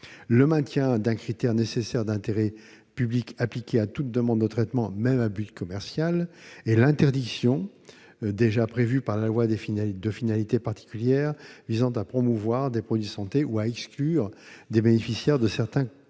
celui d'un critère nécessaire d'intérêt public pour toute demande de traitement, même à but commercial, et l'exclusion, déjà prévue par la loi, de finalités particulières visant à promouvoir des produits de santé ou à exclure des bénéficiaires de certains contrats